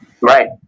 right